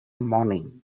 morning